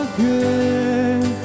good